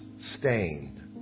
stained